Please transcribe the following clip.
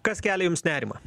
kas kelia jums nerimą